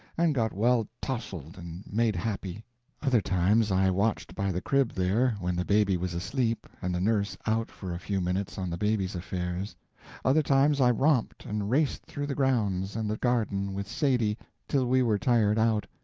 and got well tousled and made happy other times i watched by the crib there, when the baby was asleep and the nurse out for a few minutes on the baby's affairs other times i romped and raced through the grounds and the garden with sadie till we were tired out,